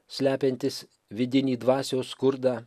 slepiantis vidinį dvasios skurdą